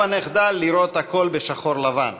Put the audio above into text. הבה נחדל לראות הכול בשחור-לבן,